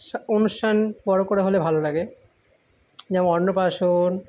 অনুষ্ঠান বড়ো করে হলে ভালো লাগে যেমন অন্নপ্রাশন